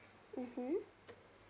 mmhmm